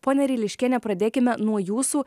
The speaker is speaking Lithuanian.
ponia ryliškiene pradėkime nuo jūsų